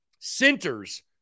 centers